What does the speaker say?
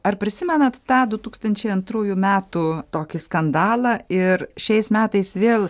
ar prisimenat tą du tūkstančiai antrųjų metų tokį skandalą ir šiais metais vėl